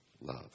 love